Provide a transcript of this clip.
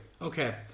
Okay